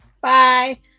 Bye